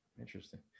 interesting